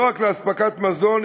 לא רק לאספקת מזון,